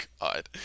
God